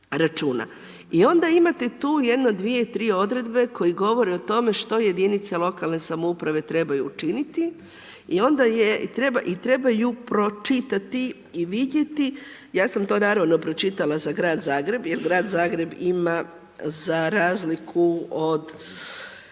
I onda imate tu jedno, jedno dvije, tri odredbe koji govori o tome što jedinice lokalne samouprave trebaju učiniti. I onda je, i trebaju pročitati i vidjeti, ja sam to naravno pročitala za grad Zagreb jer grad Zagreb ima za razliku od